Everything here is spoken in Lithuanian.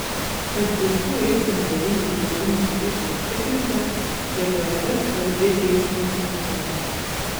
kad visų eismo dalyvių saugumas būtų užtikrintas keliuose svarbi eismo kultūra